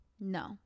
No